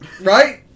right